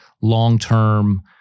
long-term